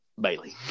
Bailey